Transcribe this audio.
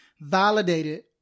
validated